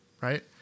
right